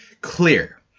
clear